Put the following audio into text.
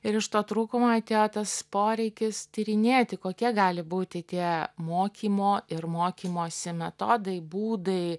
ir iš to trūkumo atėjo tas poreikis tyrinėti kokie gali būti tie mokymo ir mokymosi metodai būdai